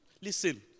Listen